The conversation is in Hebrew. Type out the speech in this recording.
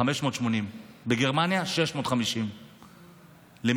580. בגרמניה, 650 למיליון.